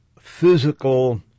physical